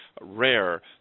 rare